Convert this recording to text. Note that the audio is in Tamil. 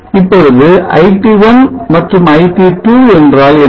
இப்பொழுது iT1 மற்றும் iT2 என்றால் என்ன